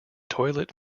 toilet